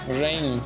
rain